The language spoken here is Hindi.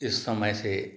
इस समय से